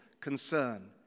concern